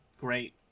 great